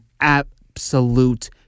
absolute